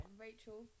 Rachel